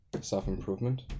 self-improvement